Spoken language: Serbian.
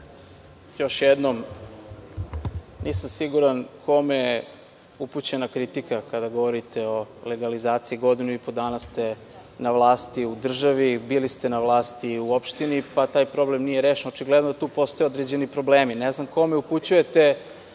Još jednom, nisam siguran kome je upućena kritika, kada govorite o legalizaciji. Godinu i po dana ste na vlasti u državi. Bili ste na vlasti u opštini, pa taj problem nije rešen. Očigledno je da tu postoje određeni problemi. Ne znam kome upućujete